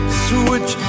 switch